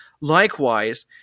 Likewise